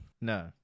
No